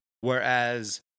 Whereas